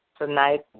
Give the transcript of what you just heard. tonight